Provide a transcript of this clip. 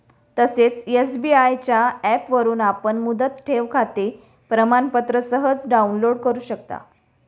तसेच एस.बी.आय च्या ऍपवरून आपण मुदत ठेवखाते प्रमाणपत्र सहज डाउनलोड करु शकता